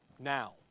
Now